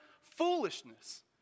foolishness